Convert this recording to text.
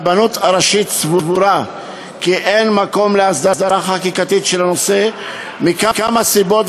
הרבנות הראשית סבורה כי אין מקום להסדרה חקיקתית של הנושא מכמה סיבות,